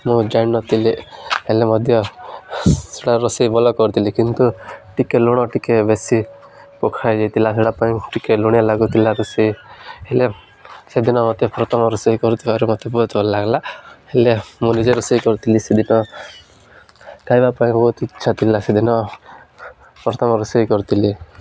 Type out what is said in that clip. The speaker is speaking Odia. ମୁଁ ଜାଣିନଥିଲି ହେଲେ ମଧ୍ୟ ସେଟା ରୋଷେଇ ଭଲ କରୁଥିଲି କିନ୍ତୁ ଟିକେ ଲୁଣ ଟିକେ ବେଶୀ ପକାହେଇ ଯାଇଥିଲା ସେଟା ପାଇଁ ଟିକେ ଲୁଣ ଲାଗୁଥିଲା ରୋଷେଇ ହେଲେ ସେଦିନ ମୋତେ ପ୍ରଥମ ରୋଷେଇ କରୁଥିବାରୁ ମୋତେ ବହୁତ ଭଲ ଲାଲ୍ ହେଲେ ମୁଁ ନିଜେ ରୋଷେଇ କରୁଥିଲି ସେଦିନ ଖାଇବା ପାଇଁ ବହୁତ ଇଚ୍ଛା ଥିଲା ସେଦିନ ପ୍ରଥମ ରୋଷେଇ କରୁଥିଲି